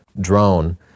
drone